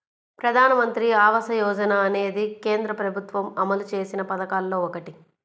ప్రధానమంత్రి ఆవాస యోజన అనేది కేంద్ర ప్రభుత్వం అమలు చేసిన పథకాల్లో ఒకటి